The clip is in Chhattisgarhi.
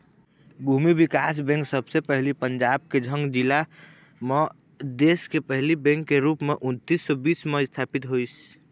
भूमि बिकास बेंक सबले पहिली पंजाब के झंग जिला म देस के पहिली बेंक के रुप म उन्नीस सौ बीस म इस्थापित होइस